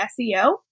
SEO